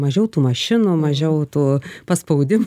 mažiau tų mašinų mažiau tų paspaudimų